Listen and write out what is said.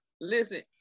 listen